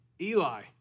Eli